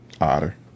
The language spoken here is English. Otter